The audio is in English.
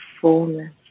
fullness